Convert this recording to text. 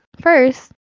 first